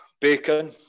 bacon